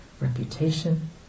reputation